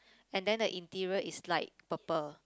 and then the interior is light purple